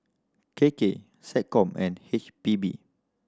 K K SecCom and H P B